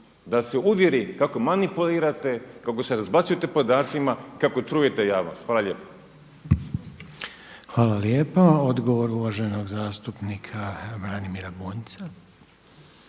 da se uvjeri kako manipulirate, kako se razbacujete podacima, kako trujete javnost. Hvala lijepo. **Reiner, Željko (HDZ)** Hvala lijepa. Odgovor uvaženog zastupnika Branimira Bunjca.